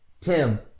Tim